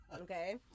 okay